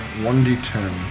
1d10